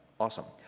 awesome.